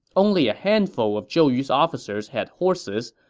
only a handful of zhou yu's officers had horses,